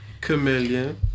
chameleon